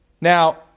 Now